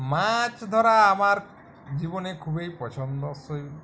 মাছ ধরা আমার জীবনে খুবই পছন্দসই